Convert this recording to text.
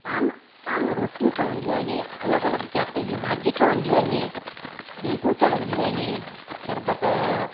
ताम ताम रोटियूं ठहंदियूं आहिनि अलॻि अलॻि ज़ाति जी भाॼी ठहंदियूं आहिनि देघू चढ़ंदियूं आहिनि शरबत